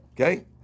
okay